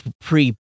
pre